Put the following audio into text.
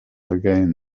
again